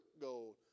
gold